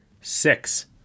Six